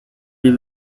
die